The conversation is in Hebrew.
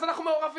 אז אנחנו מעורבים,